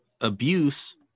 abuse